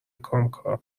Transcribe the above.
کامکار